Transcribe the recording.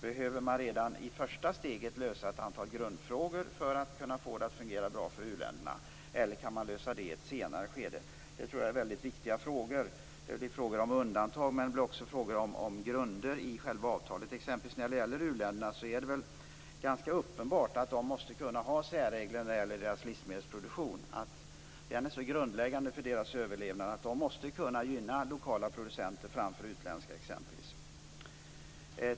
Behöver man redan i ett första steg lösa ett antal grundproblem för att få det att fungera bra för u-länderna, eller kan man lösa dem i ett senare skede? Jag tror att detta är väldigt viktiga frågor. Det blir fråga om undantag, men det blir också fråga om grunder i själva avtalet. Det är t.ex. ganska uppenbart att u-länderna måste kunna ha särregler för sin livsmedelsproduktion. Den är så grundläggande för deras överlevnad att de måste kunna gynna lokala producenter framför utländska.